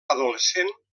adolescent